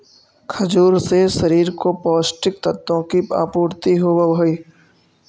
खजूर से शरीर को पौष्टिक तत्वों की आपूर्ति होवअ हई